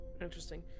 Interesting